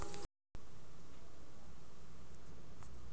आपण net banking चो उपयोग आपल्या बँकेतील सगळ्या कामांसाठी करू शकतव